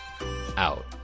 Out